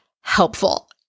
helpful